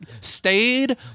stayed